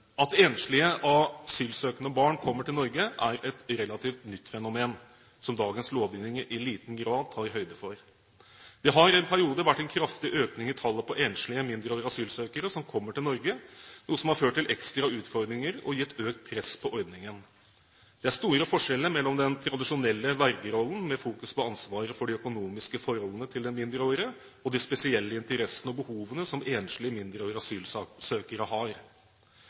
At enslige, asylsøkende barn kommer til Norge, er et relativt nytt fenomen, som dagens lovgivning i liten grad tar høyde for. Det har en periode vært en kraftig økning i tallet på enslige, mindreårige asylsøkere som kommer til Norge, noe som har ført til ekstra utfordringer og gitt økt press på ordningen. Det er store forskjeller mellom den tradisjonelle vergerollen, med fokus på ansvaret for de økonomiske forholdene til den mindreårige, og de spesielle interessene og behovene som enslige, mindreårige asylsøkere har.